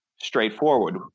straightforward